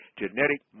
genetic